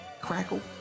crackle